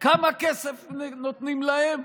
כמה כסף נותנים להן,